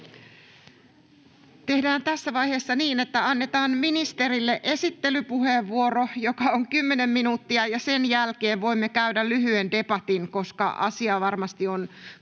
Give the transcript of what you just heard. Tehdään tässä vaiheessa niin, että annetaan ministerille esittelypuheenvuoro, joka on 10 minuuttia. Ja sen jälkeen voimme käydä lyhyen debatin, koska asia varmasti on kaikkia